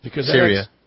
Syria